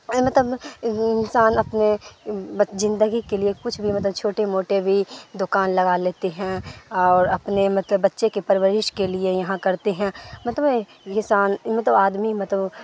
مطلب انسان اپنے زندگی کے لیے کچھ بھی مطلب چھوٹے موٹے بھی دکان لگا لیتے ہیں اور اپنے مطلب بچے کے پرورش کے لیے یہاں کرتے ہیں مطلب کسان مطلب آدمی مطلب